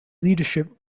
leadership